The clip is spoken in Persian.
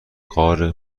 غار